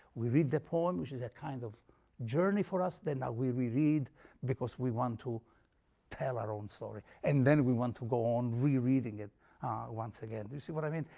we read the poem which is a kind of journey for us, then ah we we read because we want to tell our own story, and then we want to go on re-reading it once again. do you see what i mean?